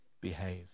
behave